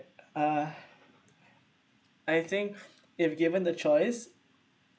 ah I think if given the choice